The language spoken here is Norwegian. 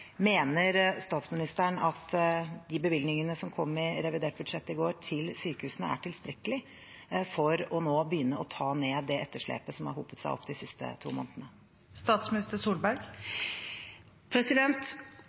Mener statsministeren at de bevilgningene til sykehusene som kom i revidert budsjett i går, er tilstrekkelige for nå å begynne å ta ned det etterslepet som har hopet seg opp de siste to månedene?